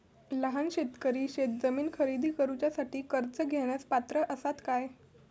लहान शेतकरी शेतजमीन खरेदी करुच्यासाठी कर्ज घेण्यास पात्र असात काय?